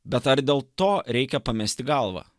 bet ar dėl to reikia pamesti galvą